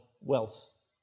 wealth